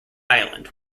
island